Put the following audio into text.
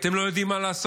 אתם לא יודעים מה לעשות,